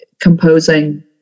composing